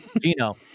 Gino